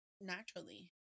naturally